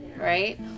right